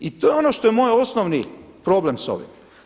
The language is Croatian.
I to je ono što je moj osnovni problem sa ovim.